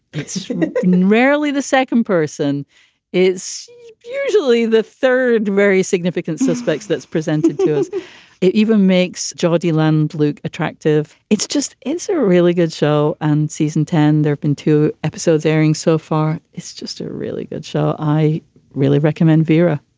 but it's it's rarely the second person is usually the third very significant suspects that's presented to. it even makes jodi land look attractive. it's just it's a really good show. and season ten. there've been two episodes airing so far. it's just a really good show. i really recommend viera.